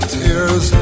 tears